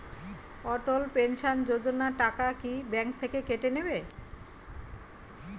অটল pension Yojana টাকা কি bank থেকে কেটে নেবে?